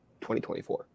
2024